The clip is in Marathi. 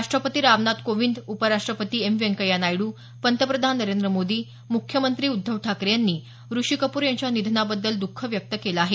राष्ट्रपती रामनाथ कोविंद उपराष्ट्रपती एम व्यंकय्या नायडू पंतप्रधान नरेंद्र मोदी मुख्यमंत्री उद्धव ठाकरे यांनी ऋषी कप्र यांच्या निधनाबद्दल दख व्यक्त केलं आहे